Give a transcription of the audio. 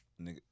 nigga